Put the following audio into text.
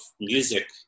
music